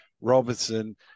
Robertson